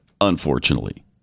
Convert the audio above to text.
unfortunately